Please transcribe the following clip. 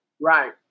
Right